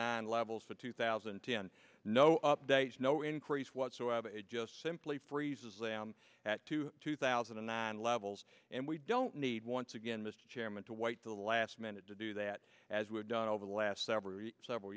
nine levels for two thousand and ten no updates no increase whatsoever it just simply freezes at two two thousand and nine levels and we don't need once again mr chairman to wite the last minute to do that as we have done over the last several several